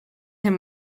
him